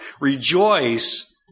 Rejoice